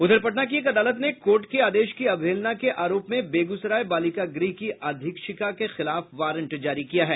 उधर पटना की एक अदालत ने कोर्ट के आदेश की अवहेलना के आरोप में बेगूसराय बालिका गृह की अधीक्षिका के खिलाफ वारंट जारी किया है